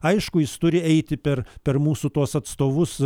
aišku jis turi eiti per per mūsų tuos atstovus